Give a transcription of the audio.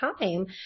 time